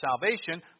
salvation